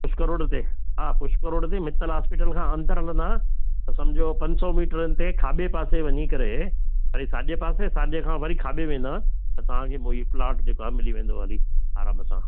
Pushkar road ते हा Pushkar road ते मित्तल हॉस्पिटल खां अंदरि हलंदा त सम्झो पंज सौ मीटरनि ते खाबे पासे वञी करे ऐं साॻे पासे साॻे खां वरी खाबे वेंदा त तव्हांखे पोइ इहो प्लॉट जेका मिली वेंदो हली आराम सां